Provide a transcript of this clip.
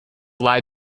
lie